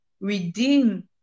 redeem